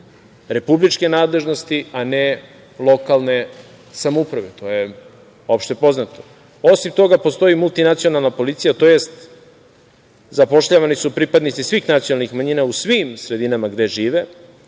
republičke nadležnosti, a ne lokalne samouprave, to je opšte poznato. Osim toga postoji multinacionalna policija, to jest zapošljavani su pripadnici svih nacionalnih manjina u svim sredinama gde žive.